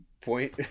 point